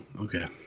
okay